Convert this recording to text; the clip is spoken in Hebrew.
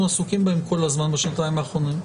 עסוקים בהם כל הזמן בשנתיים האחרונות,